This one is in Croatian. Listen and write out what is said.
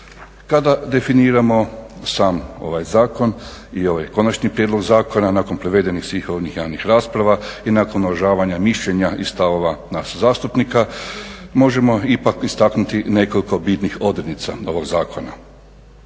Kada definiramo sam ovaj zakon i ovaj konačni prijedlog zakona nakon provedenih svih onih javnih rasprava i nakon uvažavanja mišljenja i stavova nas zastupnika možemo ipak istaknuti nekoliko bitnih odrednica ovog zakona.